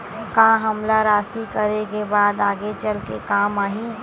का हमला राशि करे के बाद आगे चल के काम आही?